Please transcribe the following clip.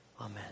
Amen